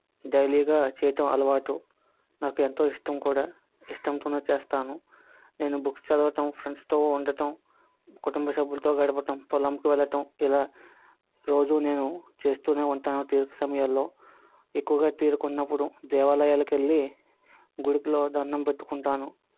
డైలీగా చేయటం అలవాటు నాకు ఎంతో ఇష్టం కూడా ఇష్టంతోనే చేస్తాను నేను బుక్స్ చదవటం ఫ్రెండ్స్తో ఉండటం కుటుంబ సభ్యులతో గడపటం పొలంకి వెళ్ళటం ఇలా రోజు నేను చేస్తూనే ఉంటాను తీరిక సమయాల్లో ఎక్కువగా తీరిక ఉన్నప్పుడు దేవాలయాలకి వెళ్ళి గుడికిలో దండం పెట్టుకుంటాను